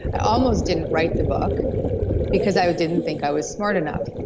i almost didn't write the book because i didn't think i was smart enough.